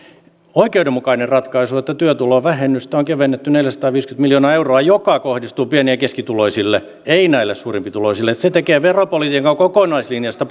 oikeudenmukainen ratkaisu että työtulovähennystä on kevennetty neljäsataaviisikymmentä miljoonaa euroa mikä kohdistuu pieni ja keskituloisille ei näille suurempituloisille se tekee veropolitiikan kokonaislinjasta